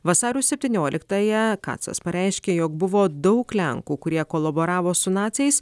vasario septynioliktąją kacas pareiškė jog buvo daug lenkų kurie kolaboravo su naciais